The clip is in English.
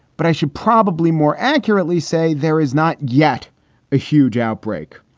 but i should probably more accurately say there is not yet a huge outbreak.